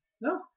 No